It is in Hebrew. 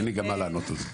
אין לי גם מה לענות על זה.